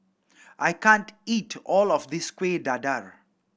I can't eat all of this Kuih Dadar